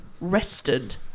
rested